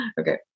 Okay